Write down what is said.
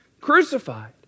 crucified